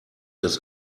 des